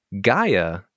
Gaia